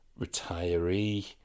retiree